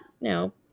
no